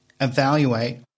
evaluate